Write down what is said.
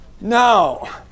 Now